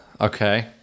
Okay